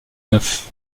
neuf